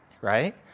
right